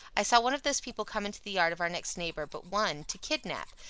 i saw one of those people come into the yard of our next neighbour but one, to kidnap,